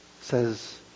says